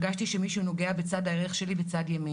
הרגשתי שמישהו נוגע בירך שלי בצד ימין.